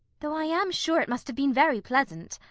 though i am sure it must have been very pleasant.